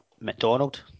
McDonald